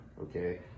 okay